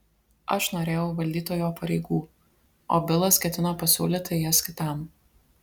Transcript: aš norėjau valdytojo pareigų o bilas ketino pasiūlyti jas kitam